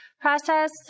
process